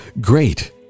great